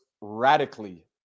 radically